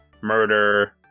murder